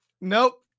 Nope